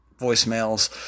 voicemails